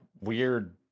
weird